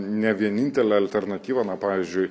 ne vienintelė alternatyva na pavyzdžiui